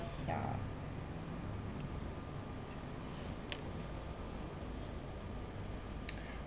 ya